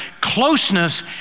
closeness